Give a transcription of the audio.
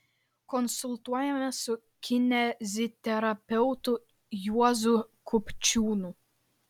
konsultuojamės su kineziterapeutu juozu kupčiūnu